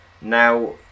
Now